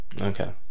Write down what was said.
okay